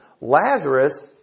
Lazarus